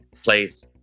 place